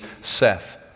Seth